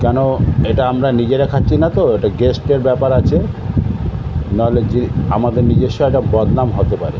কেন এটা আমরা নিজেরা খাচ্ছি না তো এটা গেস্টের ব্যাপার আছে নাহলে যে আমাদের নিজস্ব একটা বদনাম হতে পারে